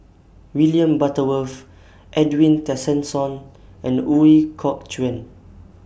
William Butterworth Edwin Tessensohn and Ooi Kok Chuen